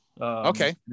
Okay